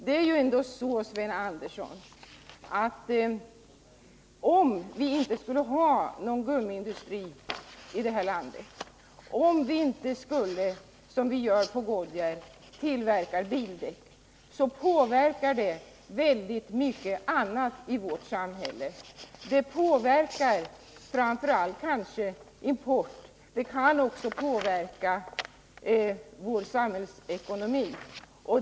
Om vi inte hade någon gummiindustri i landet, Sven Andersson, om det inte tillverkades några bildäck i Sverige, som vi gör på Goodyear, skulle det påverka väldigt mycket annat i vårt samhälle. Det skulle framför allt påverka importen och det kunde också påverka samhällsekonomin.